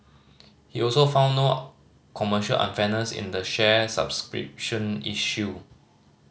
he also found no commercial unfairness in the share subscription issue